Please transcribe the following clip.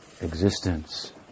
existence